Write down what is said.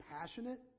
passionate